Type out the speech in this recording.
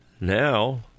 now